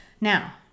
Now